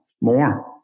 more